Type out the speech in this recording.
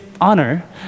honor